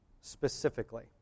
specifically